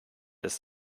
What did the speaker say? ist